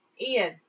Ian